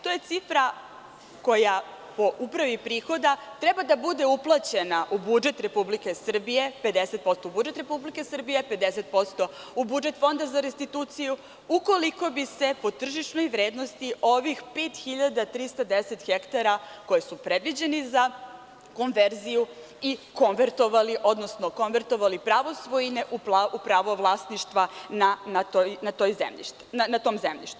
To je cifra koja po Upravi prihoda treba da bude uplaćena u budžet Republike Srbije, 50% u budžet Republike Srbije, a 50% u budžet Fonda za restituciju, ukoliko bi se po tržišnoj vrednosti ovih 5.310 hektara, koje su predviđeni za konverziju, i konvertovali, odnosno konvertovali pravo svojine u pravo vlasništva na tom zemljištu.